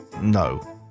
no